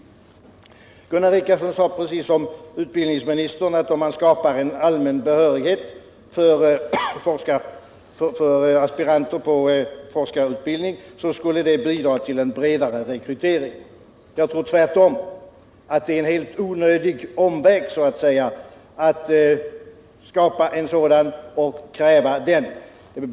Gunnar Richardson sade, precis som utbildningsministern, att om man skapar en allmän behörighet för aspiranter på forskarutbildning, så skulle det bidra till en bredare rekrytering. Jag tror tvärtom att det är en helt onödig omväg.